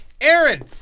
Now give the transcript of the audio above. Aaron